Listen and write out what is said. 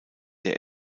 der